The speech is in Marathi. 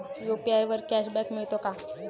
यु.पी.आय वर कॅशबॅक मिळतो का?